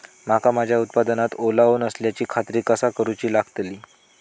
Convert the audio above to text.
मका माझ्या उत्पादनात ओलावो नसल्याची खात्री कसा करुची लागतली?